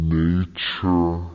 nature